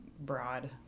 broad